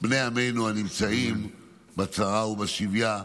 בני עמנו הנמצאים בצרה ובשביה.